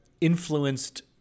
influenced